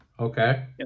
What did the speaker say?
Okay